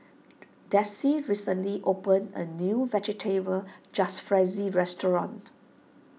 Dessie recently opened a new Vegetable Jalfrezi restaurant